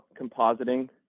compositing